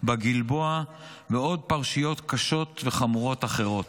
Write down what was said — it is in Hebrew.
בגלבוע ועוד פרשיות קשות וחמורות אחרות.